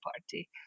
Party